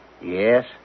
Yes